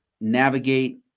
navigate